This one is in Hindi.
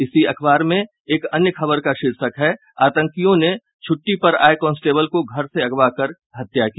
इसी अखबार में एक अन्य खबर का शीर्षक है आतंकियों ने छूट्टी पर आये कॉस्टेबल को घर से अगवा कर हत्या की